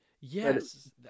yes